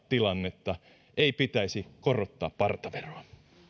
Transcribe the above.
tilannetta ei pitäisi korottaa partaveroa